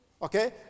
Okay